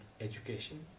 education